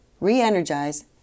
re-energize